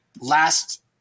last